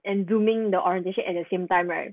and Zooming the orientation at the same time right